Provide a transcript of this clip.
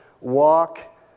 walk